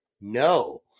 No